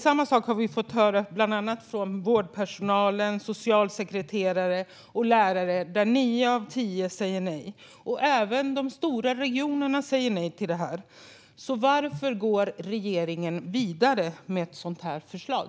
Samma sak har vi fått höra från bland annat vårdpersonal, socialsekreterare och lärare. Av dem säger nio av tio nej. Även de stora regionerna säger nej till detta. Varför går regeringen då vidare med ett sådant förslag?